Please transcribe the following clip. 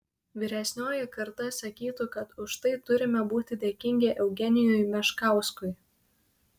vyresnioji karta sakytų kad už tai turime būti dėkingi eugenijui meškauskui